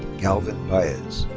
galvin baez.